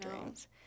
dreams